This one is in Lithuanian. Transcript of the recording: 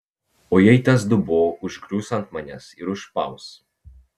o jei tas dubuo užgrius ant manęs ir užspaus